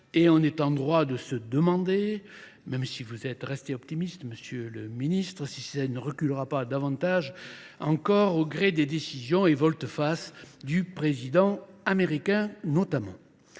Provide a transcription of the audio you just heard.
et on est en droit de se demander, même si vous êtes restés optimistes, monsieur le ministre, si ça ne reculera pas davantage, encore au gré des décisions et volte-face du président américain notamment.